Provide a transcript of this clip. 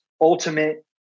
ultimate